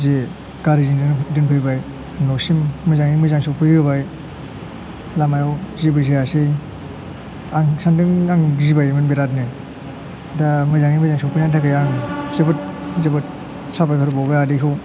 जे गारिजोंनो दोनफैबाय न'सिम मोजाङै मोजां सफै होबाय लामायाव जेबो जायासै आं सानदों आं गिबायमोन बिरादनो दा मोजाङै मोजां सौफैनायनि थाखाय आं जोबोद जोबोद साबायखर बावबाय आदैखौ